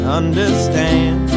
understand